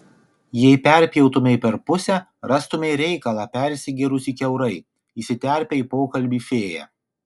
jei perpjautumei per pusę rastumei reikalą persigėrusį kiaurai įsiterpia į pokalbį fėja